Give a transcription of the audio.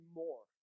more